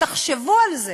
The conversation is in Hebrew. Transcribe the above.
ותחשבו על זה,